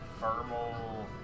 thermal